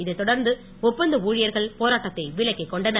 இதைத் தொடர்ந்து ஒப்பந்த ஊழியர்கள் போராட்டத்தை விலக்கிக் கொண்டனர்